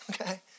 okay